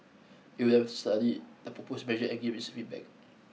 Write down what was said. it will study the proposed measure and give its feedback